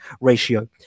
ratio